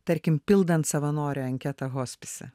tarkim pildant savanorio anketą hospise